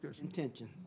intention